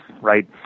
right